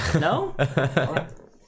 No